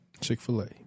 Chick-fil-A